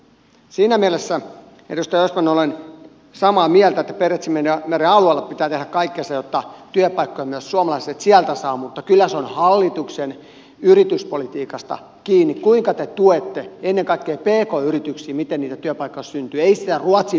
siinä mielessä edustaja östman olen samaa mieltä että barentsinmeren alueella pitää tehdä kaikkensa jotta työpaikkoja myös suomalaiset sieltä saavat mutta kyllä se on hallituksen yrityspolitiikasta kiinni kuinka te tuette ennen kaikkea pk yrityksiä miten niitä työpaikkoja syntyy